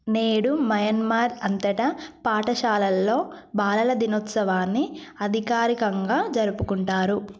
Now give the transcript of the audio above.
నేడు మయన్మార్ అంతటా పాఠశాలల్లో బాలల దినోత్సవాన్ని అధికారికంగా జరుపుకుంటారు